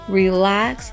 relax